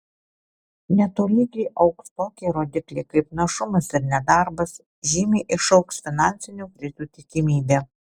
netolygiai augs tokie rodikliai kaip našumas ir nedarbas žymiai išaugs finansinių krizių tikimybė